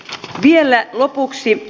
vielä lopuksi